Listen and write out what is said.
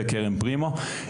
וקרן פרימור.